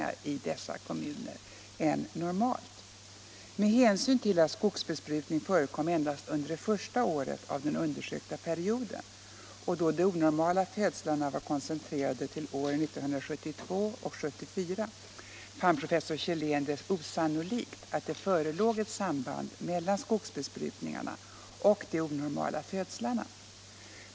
Med hänsyn till att skogsbesprutning förekom endast under det första året av den undersökta perioden och då de onormala födslarna var koncentrerade till åren 1972 och 1974 fann professor Källén det osannolikt att det förelåg ett samband mellan skogsbesprutningarna och de onormala födslarna.